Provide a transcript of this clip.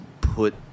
put